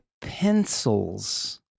pencils